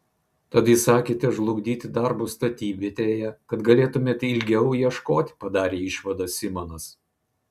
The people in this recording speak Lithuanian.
tad įsakėte žlugdyti darbus statybvietėje kad galėtumėte ilgiau ieškoti padarė išvadą simonas